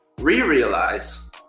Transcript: re-realize